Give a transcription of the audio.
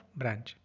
branch